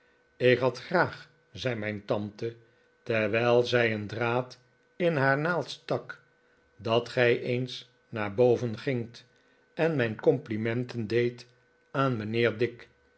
ik had graag zei mijn tante terwijl zij een draad in haar naald stak dat gij eens naar boven gingt en mijn complimenten deedt aan mijnheer dick